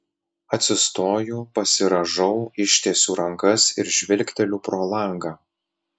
atsistoju pasirąžau ištiesiu rankas ir žvilgteliu pro langą